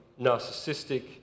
narcissistic